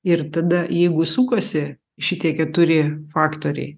ir tada jeigu sukasi šitie keturi faktoriai